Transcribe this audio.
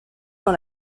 dans